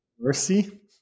mercy